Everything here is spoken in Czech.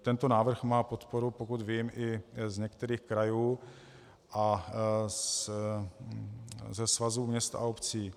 Tento návrh má podporu, pokud vím, i z některých krajů a ze Svazu měst a obcí.